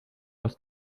los